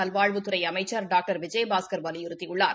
நல்வாழ்வுத்துறை அமைச்சர் டாக்டர் விஜயபாஸ்கர் வலியுறுத்தியுள்ளார்